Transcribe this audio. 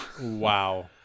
Wow